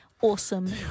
awesome